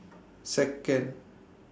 Second